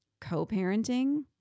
co-parenting